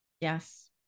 Yes